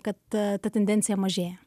kad a ta tendencija mažėja